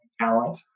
talent